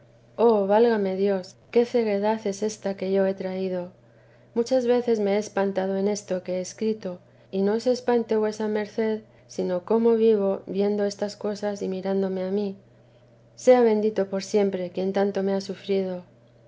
oh válame dios qué ceguedad es ésta que yo he traído muchas veces me he espantado en esto que he escrito y no se espante vuesa merced sino cómo vivo viendo estas cosas y mirándome a mí sea bendito por siempre quien tanto me ha sufrido